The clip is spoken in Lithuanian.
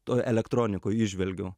toj elektronikoj įžvelgiau